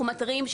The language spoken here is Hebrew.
אנחנו מתריעים.